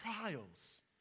trials